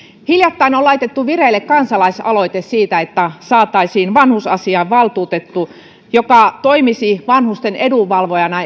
hiljattain on laitettu vireille kansalaisaloite siitä että saataisiin vanhusasiavaltuutettu joka toimisi vanhusten edunvalvojana